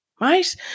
right